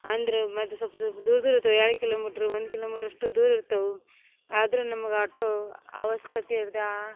ಅಂದ್ರ ಮತ್ತೆ ಸ್ವಲ್ಪ ಸ್ವಲ್ಪ ದೂರ ದೂರ ಇರ್ತವೆ ಎರಡು ಕಿಲೋಮಿಟ್ರು ಒಂದು ಕಿಲೋಮಿಟ್ರಷ್ಟು ದೂರ ಇರ್ತವು ಆದರು ನಮಗ ಆಟೋ ಆವಶ್ಯಕತೆ ಇರ್ದೆ ಆ